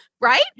Right